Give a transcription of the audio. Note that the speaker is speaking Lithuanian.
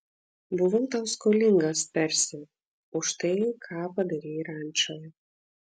buvau tau skolingas persi už tai ką padarei rančoje